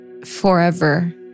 forever